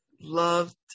loved